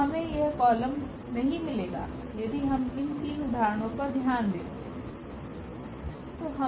तो हमें यह कॉलम नहीं मिलेगा यदि हम इन तीन उदाहरणो पर ध्यान दे तो